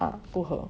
ah 不和